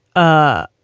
a